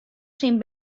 syn